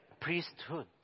Priesthood